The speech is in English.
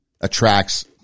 attracts